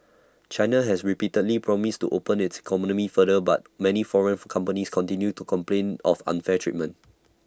China has repeatedly promised to open its economy further but many foreign companies continue to complain of unfair treatment